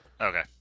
Okay